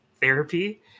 therapy